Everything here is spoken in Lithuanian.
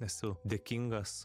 esu dėkingas